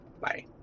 Bye